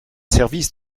services